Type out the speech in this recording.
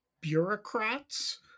bureaucrats